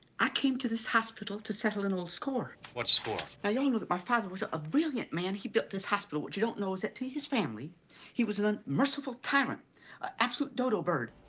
i came to this hospital to settle an old score what score? now you all know that my father was a brilliant man he built this hospital. what you don't know is that to his family he was an an unmerciful tyrant an absolute dodo bird.